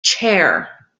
chair